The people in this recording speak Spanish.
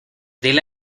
dile